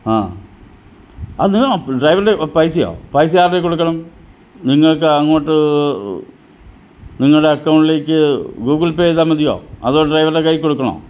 ആ അത് അപ്പം ഡ്രൈവറിൻ്റെ പൈസയോ പൈസ ആരുടെ കൊടുക്കണം നിങ്ങൾക്ക് അങ്ങോട്ട് നിങ്ങളുടെ അക്കൗണ്ടിലേക്ക് ഗൂഗിൾ പേ ചെയ്താൽ മതിയോ അതോ ഡ്രൈവർടെ കയ്യിൽ കൊടുക്കണോ